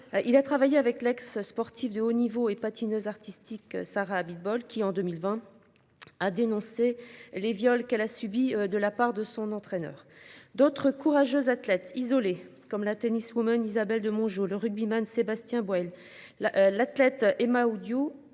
Il a travaillé avec l'ex-sportif de haut niveau et patineuse artistique, Sarah Abitbol qui, en 2020. A dénoncé les viols qu'elle a subi de la part de son entraîneur d'autres courageuses athlètes isolé comme la tennis woman Isabelle Demongeot le rugbyman Sébastien Boueilh là. L'athlète Emma Oudiou